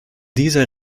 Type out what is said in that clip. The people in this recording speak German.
dieser